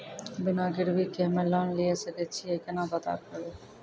बिना गिरवी के हम्मय लोन लिये सके छियै केना पता करबै?